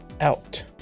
out